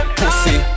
pussy